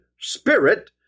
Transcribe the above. spirit